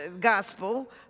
gospel